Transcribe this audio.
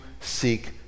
seek